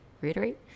reiterate